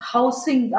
Housing